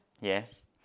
yes